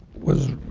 was